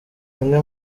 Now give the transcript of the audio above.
imwe